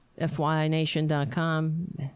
fynation.com